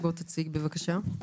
בוא תציג, בבקשה.